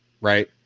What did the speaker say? Right